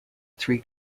three